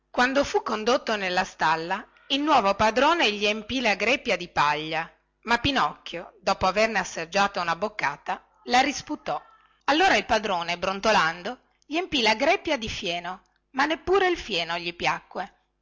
quando fu condotto nella stalla il nuovo padrone gli empì la greppia di paglia ma pinocchio dopo averne assaggiata una boccata la risputò allora il padrone brontolando gli empì la greppia di fieno ma neppure il fieno gli piacque